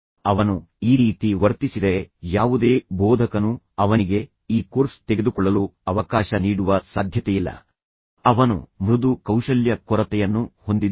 ಅವನು ಈ ರೀತಿ ವರ್ತಿಸಿದರೆ ಯಾವುದೇ ಬೋಧಕನು ಅವನಿಗೆ ಈ ಕೋರ್ಸ್ ತೆಗೆದುಕೊಳ್ಳಲು ಅವಕಾಶ ನೀಡುವ ಸಾಧ್ಯತೆಯಿಲ್ಲ ಅವನು ಮೃದು ಕೌಶಲ್ಯ ಕೊರತೆಯನ್ನು ಹೊಂದಿದ್ದನು